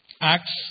Acts